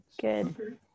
Good